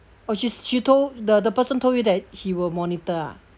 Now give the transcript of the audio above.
oh she's she told the the person told you that he will monitor ah